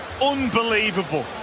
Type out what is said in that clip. unbelievable